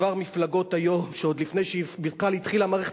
יש כבר היום מפלגות שעוד לפני שבכלל התחילה מערכת